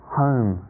home